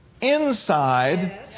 inside